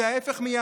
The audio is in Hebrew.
זה ההפך מיהדות.